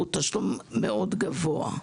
והוא תשלום מאוד גבוה.